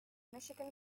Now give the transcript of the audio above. michigan